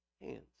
hands